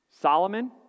Solomon